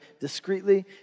discreetly